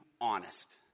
honest